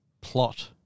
plot